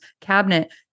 cabinet